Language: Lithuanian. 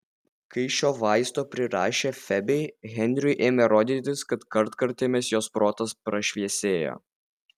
kai šio vaisto prirašė febei henriui ėmė rodytis kad kartkartėmis jos protas prašviesėja